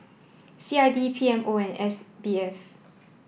C I D P M O and S B F